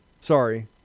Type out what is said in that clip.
sorry